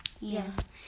yes